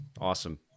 Awesome